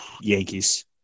Yankees